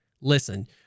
listen